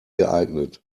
geeignet